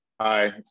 Hi